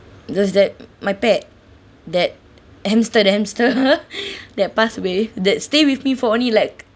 just that my pet that hamster that hamster that passed away that stay with me for only like